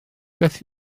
beth